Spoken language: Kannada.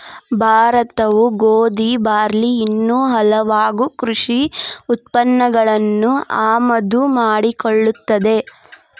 ಭಾರತವು ಗೋಧಿ, ಬಾರ್ಲಿ ಇನ್ನೂ ಹಲವಾಗು ಕೃಷಿ ಉತ್ಪನ್ನಗಳನ್ನು ಆಮದು ಮಾಡಿಕೊಳ್ಳುತ್ತದೆ